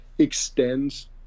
extends